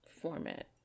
format